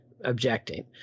objecting